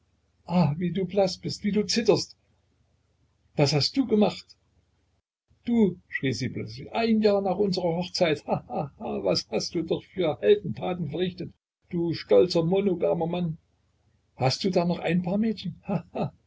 wie du blaß bist wie du zitterst das hast du gemacht du schrie sie plötzlich ein jahr nach unserer hochzeit ha ha ha was hast du noch für heldentaten verrichtet du stolzer monogamer mann hast du da noch ein paar mädchen